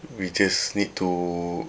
we just need to